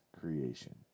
creation